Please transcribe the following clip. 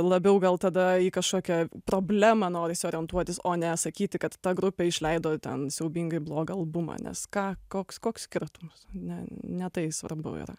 labiau gal tada į kažkokią problemą norisi orientuotis o ne sakyti kad ta grupė išleido ten siaubingai blogą albumą nes ką koks koks skirtumas ne ne tai svarbu yra